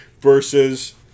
versus